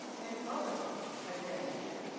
and other identities